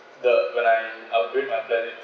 the when I I'll bring my